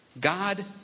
God